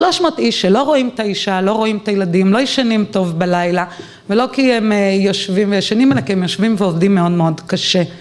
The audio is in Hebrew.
לא אשמת איש, לא רואים את האישה, ‫לא רואים את הילדים, ‫לא ישנים טוב בלילה, ‫ולא כי הם יושבים וישנים, ‫אלא כי הם יושבים ועובדים מאוד מאוד קשה.